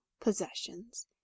possessions